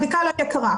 הבדיקה לא יקרה.